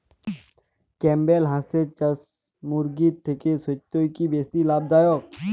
Campbell হাঁসের চাষ মুরগির থেকে সত্যিই কি বেশি লাভ দায়ক?